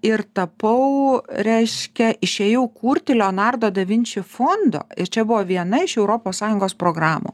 ir tapau reiškia išėjau kurti leonardo da vinči fondo čia buvo viena iš europos sąjungos programų